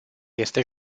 este